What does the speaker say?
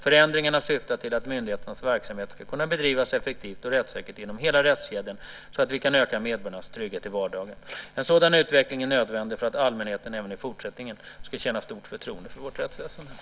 Förändringarna syftar till att myndigheternas verksamheter ska kunna bedrivas effektivt och rättssäkert genom hela rättskedjan så att vi kan öka medborgarnas trygghet i vardagen. En sådan utveckling är nödvändig för att allmänheten även i fortsättningen ska känna stort förtroende för vårt rättsväsende.